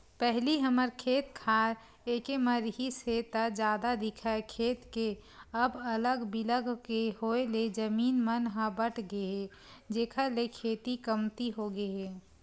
पहिली हमर खेत खार एके म रिहिस हे ता जादा दिखय खेत के अब अलग बिलग के होय ले जमीन मन ह बटगे हे जेखर ले खेती कमती होगे हे